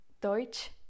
Deutsch